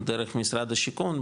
דרך משרד השיכון,